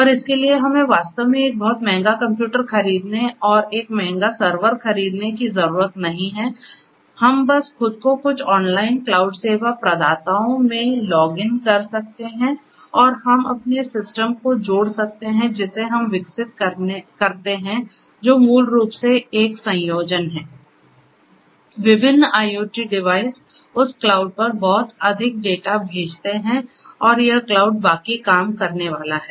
और इसके लिए हमें वास्तव में एक बहुत महंगा कंप्यूटर खरीदने और एक महंगा सर्वर खरीदने की ज़रूरत नहीं है हम बस खुद को कुछ ऑनलाइन क्लाउड सेवा प्रदाताओं में लॉग इन कर सकते हैं और हम अपने सिस्टम को जोड सकते हैं जिसे हम विकसित करते हैं जो मूल रूप से एक संयोजन है विभिन्न IoT डिवाइस उस क्लाउड पर बहुत अधिक डेटा भेजते हैं और यह क्लाउड बाकी काम करने वाला है